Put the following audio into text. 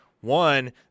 one